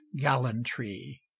gallantry